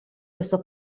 questo